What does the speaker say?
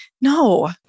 no